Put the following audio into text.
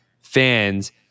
fans